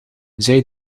zij